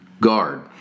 guard